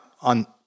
on